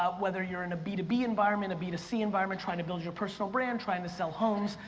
ah whether you're in a b to b environment, a b to c environment, trying to build your personal brand, trying to sell homes,